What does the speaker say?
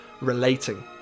relating